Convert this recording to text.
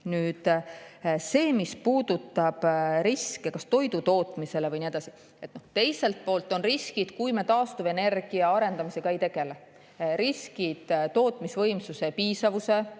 See, mis puudutab riske toidutootmisele ja nii edasi. Teiselt poolt on riskid ka siis, kui me taastuvenergia arendamisega ei tegele. On riskid tootmisvõimsuse piisavuse